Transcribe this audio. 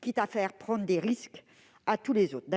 quitte à faire prendre des risques à tous les autres.